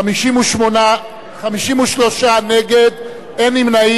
53 נגד, אין נמנעים.